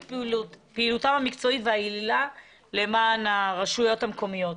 פעילותן המקצועית והיעילה למען הרשויות המקומיות.